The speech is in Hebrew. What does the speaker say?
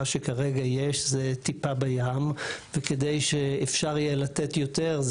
מה שכרגע יש זה טיפה בים וכדי שאפשר יהיה לתת יותר,